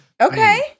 Okay